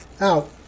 out